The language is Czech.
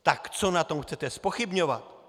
Tak co na tom chcete zpochybňovat?